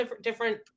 different